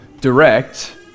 direct